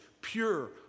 pure